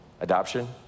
adoption